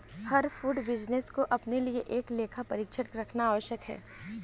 हर food business को अपने लिए एक लेखा परीक्षक रखना आवश्यक है